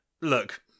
Look